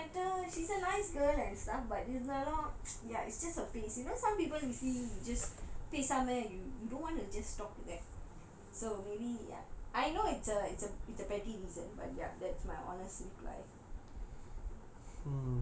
no matter she's a nice girl and stuff but இருந்தாலும்:irunthalum it's just her face you know some people you see you just பேசாம:pesama you don't wanna just talk to them so maybe ya I know it's a it's a it's a petty reason but ya that's my honest reply